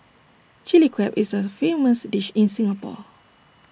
Chilli Crab is A famous dish in Singapore